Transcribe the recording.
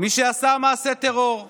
מי שעשה מעשה טרור,